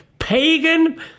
pagan